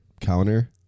counter